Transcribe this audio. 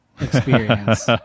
experience